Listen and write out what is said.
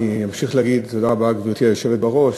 אני אמשיך להגיד "תודה רבה, גברתי היושבת בראש".